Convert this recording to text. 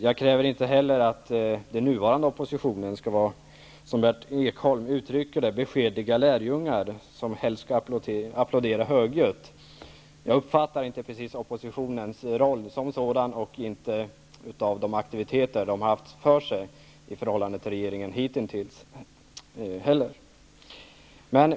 Jag kräver inte heller att den nuvarande oppositionen skall vara, som Berndt Ekholm uttrycker det, som beskedliga lärjungar som helst skall applådera högljutt. Jag uppfattar inte precis oppositionens roll som sådan, inte heller med tanke på dess aktiviteter hittills gentemot regeringen.